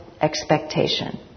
expectation